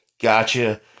Gotcha